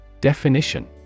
Definition